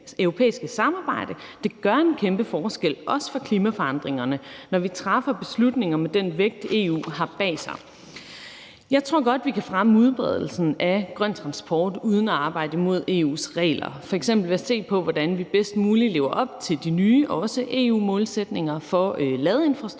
Det gør en kæmpe forskel, også for klimaforandringerne, når vi træffer beslutninger med den vægt, EU har bag sig. Jeg tror godt, vi kan fremme udbredelsen af grøn transport uden at arbejde imod EU's regler, f.eks. ved at se på, hvordan vi bedst muligt lever op til de nye også EU-målsætninger for ladeinfrastruktur